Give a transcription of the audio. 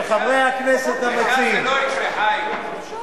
של חברי הכנסת המציעים, לך זה לא יקרה, חיים.